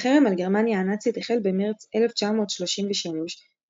החרם על גרמניה הנאצית החל במרץ 1933 באירופה,